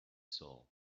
saw